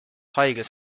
haiglas